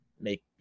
make